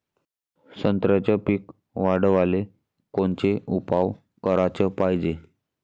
संत्र्याचं पीक वाढवाले कोनचे उपाव कराच पायजे?